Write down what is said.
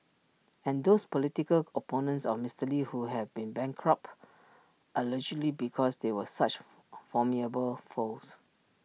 and those political opponents of Mister lee who have been bankrupt allegedly because they were such formidable foes